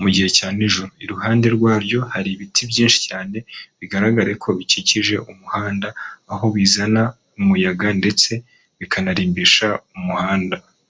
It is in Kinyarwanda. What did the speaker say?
mu gihe cya nijoro, iruhande rwaryo hari ibiti byinshi cyane bigaragara ko bikikije umuhanda, aho bizana umuyaga ndetse bikanarimbisha umuhanda.